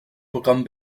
programmen